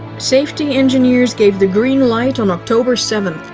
safety engineers gave the green light on october seventh.